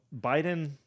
Biden